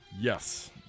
Yes